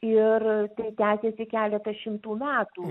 ir tai tęsėsi keletą šimtų metų